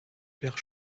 père